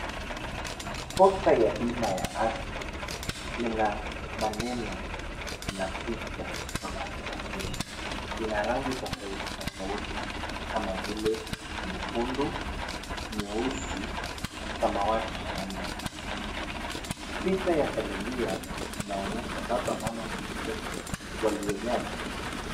Posta ya bima ya afya ina maneno na rangi za kufurahisha. Ina rangi tofauti tofauti kama vile nyekundu, nyeusi, samawati na rangi zingine. Picha ya familia inaonyesha baba, mama na mtoto waliojaa.